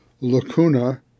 lacuna